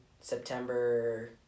September